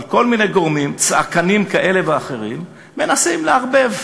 אבל כל מיני גורמים צעקניים כאלה ואחרים מנסים לערבב,